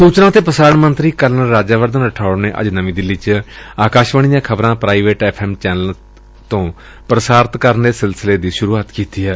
ਸੁਚਨਾ ਤੇ ਪ੍ਰਸਾਰਣ ਮੰਤਰੀ ਕਰਨਲ ਰਾਜਿਆਵਰਧਨ ਰਠੌੜ ਨੇ ਅੱਜ ਨਵੀਂ ਦਿੱਲੀ ਚ ਆਕਾਸ਼ਵਾਣੀ ਦੀਆਂ ਖ਼ਬਰਾਂ ਪ੍ਾਈਵੇਟ ਐਫ਼ ਐਮ ਰੇਡੀਓ ਸਟੇਸ਼ਨਾਂ ਤੋਂ ਪ੍ਸਾਰਤ ਕਰਨ ਦੇ ਸਿਲਸਿਲੇ ਦੀ ਸੁਰੂਆਤ ਕੀਤੀ ਏ